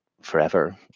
forever